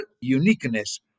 uniqueness